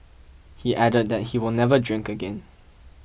he added that he will never drink again